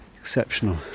exceptional